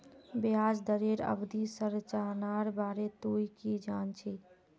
ब्याज दरेर अवधि संरचनार बारे तुइ की जान छि